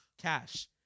Cash